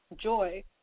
joy